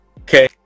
Okay